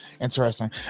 interesting